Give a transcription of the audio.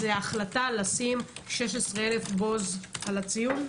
היא ההחלטה לאפשר כניסה של 16,000 בו-זמנית למקום הציון?